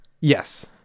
Yes